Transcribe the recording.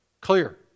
clear